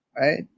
right